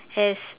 has